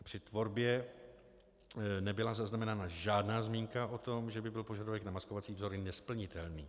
Při tvorbě nebyla zaznamenána žádná zmínka o tom, že by byl požadavek na maskovací vzory nesplnitelný.